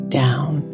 down